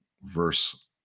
verse